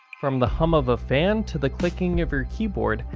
from the hum of a fan to the clicking of your keyboard,